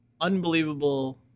Unbelievable